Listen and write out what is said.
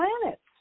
planets